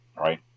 right